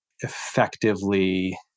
effectively